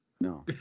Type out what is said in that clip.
No